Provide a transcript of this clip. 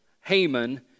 Haman